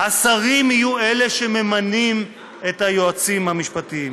השרים יהיו אלה שממנים את היועצים המשפטיים.